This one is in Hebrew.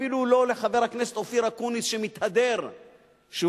אפילו לא מחבר הכנסת אופיר אקוניס, שמתהדר שהוא